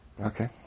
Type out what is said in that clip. Okay